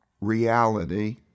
reality